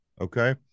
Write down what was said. Okay